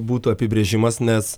būtų apibrėžimas nes